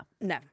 no